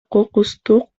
кокустук